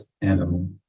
animal